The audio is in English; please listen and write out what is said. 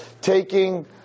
taking